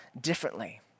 differently